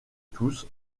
tous